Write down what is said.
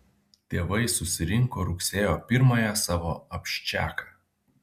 tėvai susirinko rugsėjo pirmąją savo abščiaką